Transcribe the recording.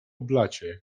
blacie